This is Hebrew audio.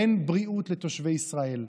אין בריאות לתושבי ישראל,